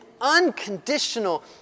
unconditional